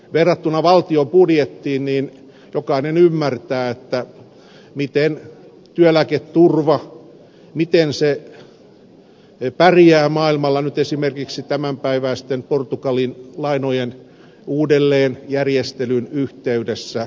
verrattuna valtion budjettiin jokainen ymmärtää miten työeläketurva pärjää maailmalla nyt esimerkiksi tämänpäiväisten portugalin lainojen uudelleenjärjestelyn yhteydessä